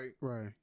right